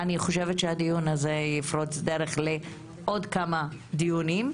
אני חושבת שהדיון הזה יפרוץ דרך לעוד כמה דיונים,